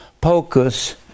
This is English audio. pocus